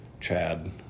Chad